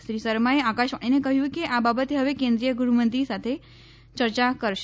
શ્રી સરમાએ આકાશવાણીને કહ્યું કે આ બાબત હવે કેન્દ્રિય ગૃહમંત્રી સાથે ચર્ચા કરાશ